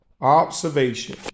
observation